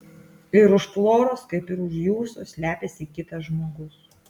ir už floros kaip ir už jūsų slepiasi kitas žmogus